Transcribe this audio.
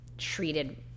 treated